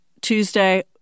Tuesday